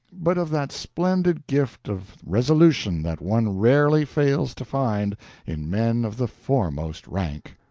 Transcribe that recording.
but of that splendid gift of resolution that one rarely fails to find in men of the foremost rank.